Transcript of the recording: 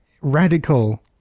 radical